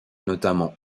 notamment